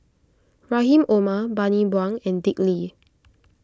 Rahim Omar Bani Buang and Dick Lee